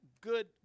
good